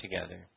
together